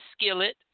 skillet